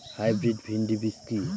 Hybrid ভীন্ডি বীজ কি?